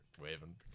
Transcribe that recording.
waving